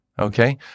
Okay